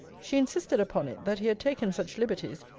she insisted upon it, that he had taken such liberties,